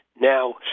now